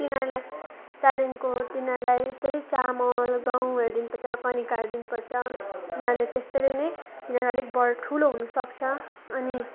तिनीहरूलाई त्यहाँदेखिको तिनीहरूलाई यस्तै चामल गहुँहरू दिनुपर्छ कनिकाहरू दिनुपर्छ तिनीहरूले त्यस्तैले नै तिनीहरू अलिक बढ् ठुलो हुनुसक्छ अनि